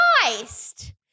Christ